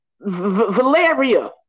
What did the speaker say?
Valeria